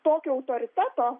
tokio autoriteto